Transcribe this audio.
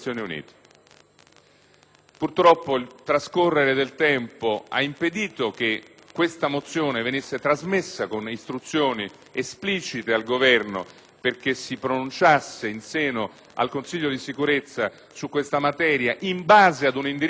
Purtroppo, il trascorrere del tempo ha impedito che la mozione venisse trasmessa con istruzioni esplicite al Governo perché questo in seno al Consiglio di sicurezza si pronunciasse sulla materia in base ad un indirizzo parlamentare.